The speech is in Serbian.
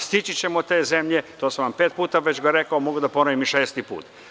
Stići ćemo te zemlje, to sam vam pet puta već rekao, a mogu da ponovim i šesti put.